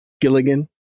Gilligan